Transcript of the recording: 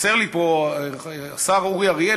חסר לי פה השר אורי אריאל,